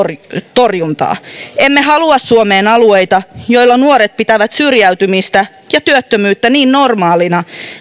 torjuntaa emme halua suomeen alueita joilla nuoret pitävät syrjäytymistä ja työttömyyttä niin normaaleina